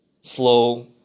slow